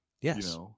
yes